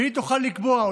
והיא תוכל לקבוע,